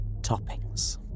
toppings